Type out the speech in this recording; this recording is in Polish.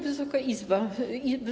Wysoka Izbo!